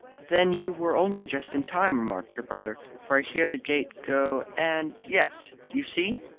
then you were only just in time, remarked her brother, for i hear the gate go, and yes, you see.